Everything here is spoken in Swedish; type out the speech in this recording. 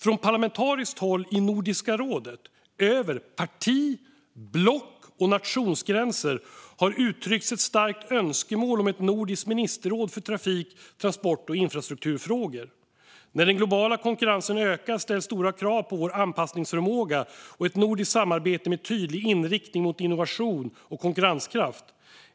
Från parlamentariskt håll i Nordiska rådet - över parti-, block och nationsgränser - har uttryckts ett starkt önskemål om ett nordiskt ministerråd för trafik-, transport och infrastrukturfrågor. När den globala konkurrensen ökar ställs stora krav på vår anpassningsförmåga och ett nordiskt samarbete med tydlig inriktning mot innovation och konkurrenskraft.